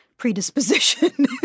predisposition